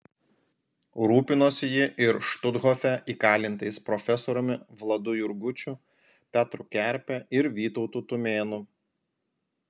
rūpinosi ji ir štuthofe įkalintais profesoriumi vladu jurgučiu petru kerpe ir vytautu tumėnu